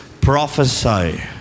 Prophesy